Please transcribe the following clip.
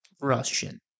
Russian